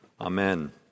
Amen